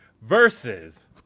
versus